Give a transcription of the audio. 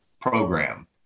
program